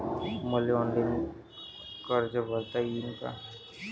मले ऑनलाईन कर्ज भरता येईन का?